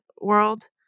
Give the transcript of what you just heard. world